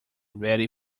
ready